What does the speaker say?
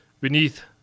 Beneath